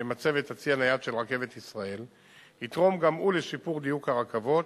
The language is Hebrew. במצבת הצי הנייד של "רכבת ישראל" יתרמו גם הם לשיפור דיוק הרכבות,